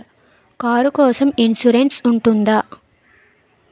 Car కోసం insurance ఉంటుందా?